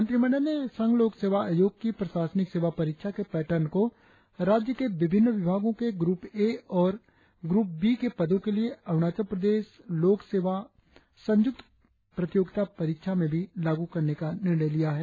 मंत्रिमंडल ने संघ लोक सेवा आयोग की प्रशासनिक सेवा परीक्षा के पैटर्न को राज्य के विभिन्न विभागों को ग्रुप ए और ग्रुप बी के पदों के लिए अरुणाचल प्रदेश लोकसेवा संयुक्त प्रतियोगिता परीक्षा में भी लागू करने का निर्णय लिया है